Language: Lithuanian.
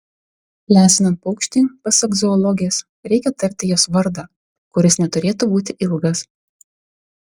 lesinant paukštį pasak zoologės reikia tarti jos vardą kuris neturėtų būti ilgas